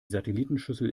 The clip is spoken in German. satellitenschüssel